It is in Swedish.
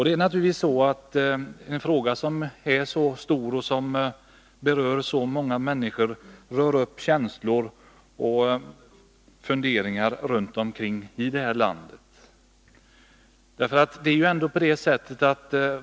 En fråga som är så stor och som angår så många människor rör naturligtvis upp känslor och funderingar runt om i landet.